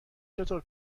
چطور